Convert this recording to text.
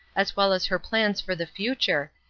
as well as her plans for the future,